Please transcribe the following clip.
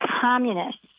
communists